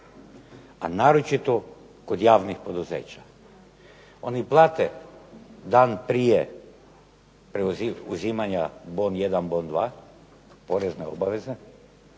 a naročito kod javnih poduzeća? Oni plate dan prije preuzimanja BON 1, BON 2, porezne obaveze,